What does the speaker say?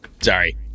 Sorry